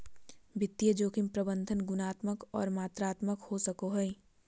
वित्तीय जोखिम प्रबंधन गुणात्मक आर मात्रात्मक हो सको हय